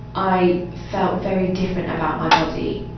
i felt very different about my body.